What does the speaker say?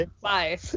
bye